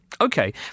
Okay